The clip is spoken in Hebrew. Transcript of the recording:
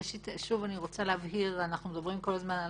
אני שוב רוצה להבהיר אנחנו מדברים כל הזמן על